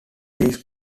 these